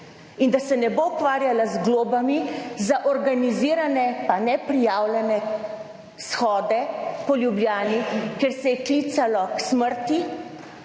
in da se ne bo ukvarjala z globami za organizirane pa neprijavljene shode po Ljubljani, kjer se je klicalo k smrti,